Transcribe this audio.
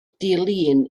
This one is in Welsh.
dilin